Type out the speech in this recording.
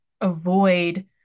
avoid